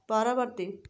ପରବର୍ତ୍ତୀ